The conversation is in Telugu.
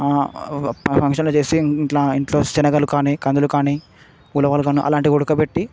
ఫంక్షన్లు చేసి ఇంట్లో ఇంట్లో సెనగలు కాని కందులు కాని ఉలవలు కాని అలాంటివి ఉడుకపెట్టి